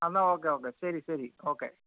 എന്നാൽ okay okay ശരി ശരി ഓക്കെ